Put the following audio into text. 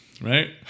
right